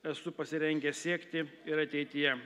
esu pasirengęs siekti ir ateityje